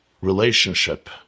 relationship